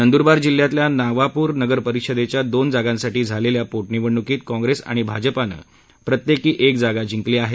नंदुरबार जिल्ह्यातल्या नवापुर नगरपरिषदेच्या दोन जागांसाठी झालेल्या पोधींवडणुकीत काँग्रेस आणि भाजपानं र्कत्याकी एक जागा जिंकली आहे